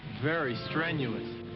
very strenuous.